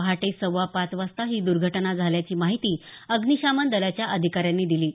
पहाटे सव्वापाच वाजता ही दुर्घटना झाल्याची माहिती अग्नीशमन दलाच्या अधिकाऱ्यांनी दिली आहे